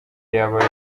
yaba